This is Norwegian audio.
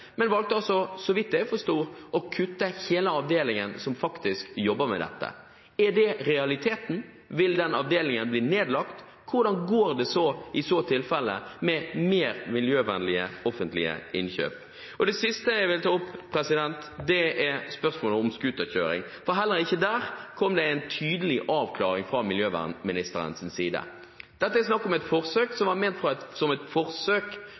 men de valgte altså – så vidt jeg forsto – å kutte hele avdelingen som faktisk jobber med dette. Er det realiteten? Vil den avdelingen bli nedlagt? Hvordan går det i så tilfelle med mer miljøvennlige offentlige innkjøp? Det siste jeg vil ta opp, er spørsmålet om scooterkjøring. Heller ikke der kom det en tydelig avklaring fra miljøvernministerens side. Dette var fra den rød-grønne regjeringen ment som et forsøk,